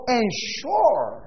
ensure